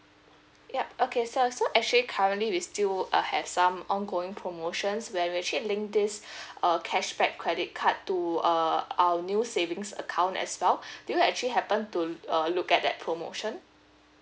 yup okay sure so actually currently we still uh have some ongoing promotions where we actually link this uh cashback credit card to uh our new savings account as well do you actually happen to uh look at that promotion